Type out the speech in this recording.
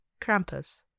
Krampus